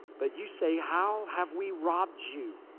but you say, how have we robbed you?